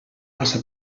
massa